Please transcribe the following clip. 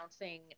announcing